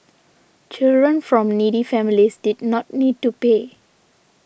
children from needy families did not need to pay